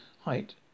height